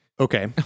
okay